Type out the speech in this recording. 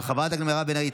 של חברת הכנסת מירב בן ארי,